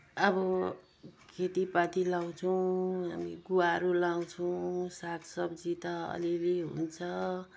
अब खेतीपाती लगाउँछौँ हामी गुवाहरू लगाउँछौँ सागसब्जी त अलिअलि हुन्छ